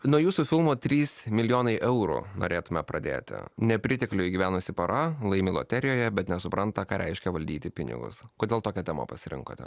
nuo jūsų filmo trys milijonai eurų norėtumėme pradėti nepritekliuj gyvenusi pora laimi loterijoje bet nesupranta ką reiškia valdyti pinigus kodėl tokią temą pasirinkote